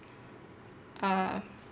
err